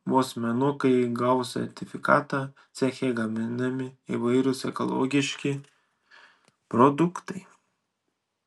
vos mėnuo kai gavus sertifikatą ceche gaminami įvairūs ekologiški produktai